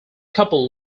couple